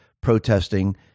protesting